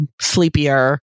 sleepier